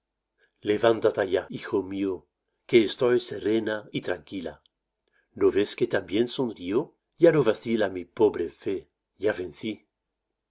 levántate ya hijo mío que estoy serena y tranquila no ves que también sonrío ya no vacila mi pobre fé ya